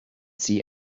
see